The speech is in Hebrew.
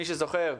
מי שזוכר,